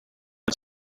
its